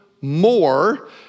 more